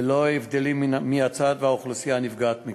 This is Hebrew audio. ללא הבדל מי הצד והאוכלוסייה הנפגעת מכך.